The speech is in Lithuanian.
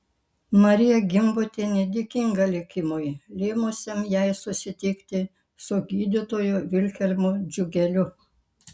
marija gimbutienė dėkinga likimui lėmusiam jai susitikti su gydytoju vilhelmu džiugeliu